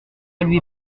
lui